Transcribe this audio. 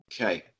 Okay